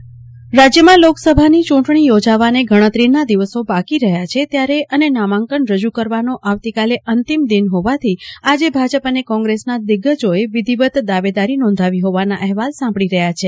રપ કલાકે રાજ્યમાં ચૂંટણીનો માહોલ રાજ્યમાં લોકસભા ચૂંટણી યોજાવવાને ગણતરીના દિવસો બાકી રહ્યા છે ત્યોર અને નામાંકન રજૂ કરવાનો આવતીકાલે અંતિમ દિન હોવાથી આજે ભાજપ અને કોંગ્રેસના દિગ્ગજોએ વિધિવત દાવેદારી નોંધાવી હોવાના અહેવાલ સાંપડી રહ્યા છે